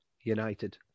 United